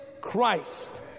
Christ